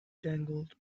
jangled